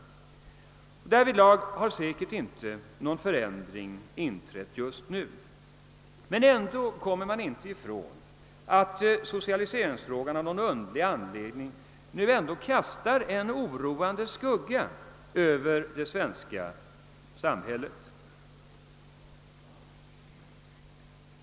Därvidlag har säkerligen inte någon förändring inträtt just nu. Men ändå kom mer man inte ifrån, att socialiseringsfrågan av någon underlig anledning nu kastar en oroande skugga över det svenska samhället.